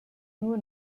nur